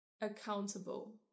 accountable